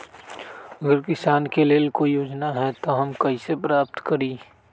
अगर किसान के लेल कोई योजना है त हम कईसे प्राप्त करी?